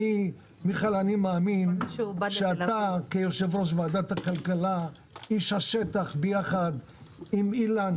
השר לפיתוח הפריפריה, הנגב והגליל עודד